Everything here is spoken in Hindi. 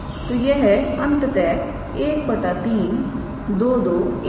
तो यह अंततः 1 3 221 है